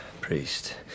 priest